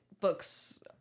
books